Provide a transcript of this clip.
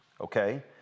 okay